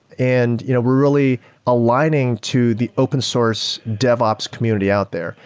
and you know we're really aligning to the open source devops community out there.